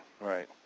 Right